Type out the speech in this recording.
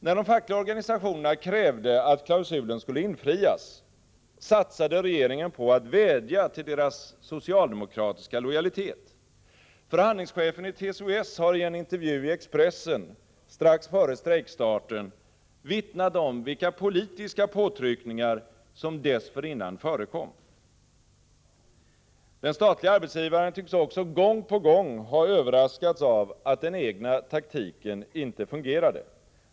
När de fackliga organisationerna krävde att klausulen skulle infrias, satsade regeringen på att vädja till deras socialdemokratiska lojalitet. Förhandlingschefen i TCO-S hari en intervju i Expressen strax före strejkstarten vittnat om vilka politiska påtryckningar som dessförinnan förekom. Den statlige arbetsgivaren tycks också gång på gång ha överraskats av att den egna taktiken inte fungerade.